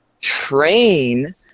train